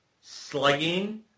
slugging